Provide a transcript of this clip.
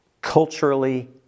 culturally